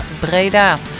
Breda